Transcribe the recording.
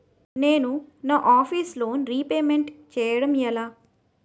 నేను నా office loan repayment చేయడం ఎలా?